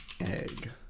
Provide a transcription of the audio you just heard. Egg